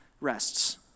rests